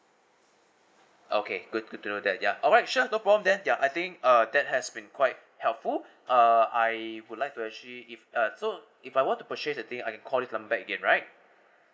okay good good to know that ya alright sure no problem there ya I think uh that has been quite helpful uh I would like to actually if uh so if I want to purchase the thing I call this number again right